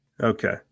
okay